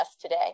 today